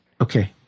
Okay